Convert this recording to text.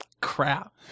Crap